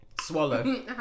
Swallow